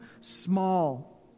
small